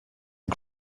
are